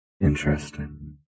Interesting